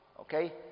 Okay